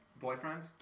Boyfriend